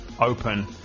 open